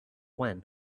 when